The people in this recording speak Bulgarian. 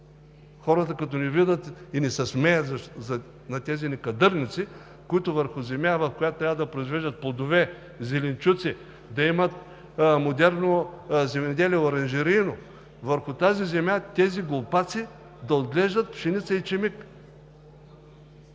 Хората, като ни видят, ни се смеят за тези некадърници, които върху земя, на която трябва да произвеждат плодове, зеленчуци, да имат модерно оранжерийно земеделие, върху тази земя тези глупаци да отглеждат пшеница и ечемик?!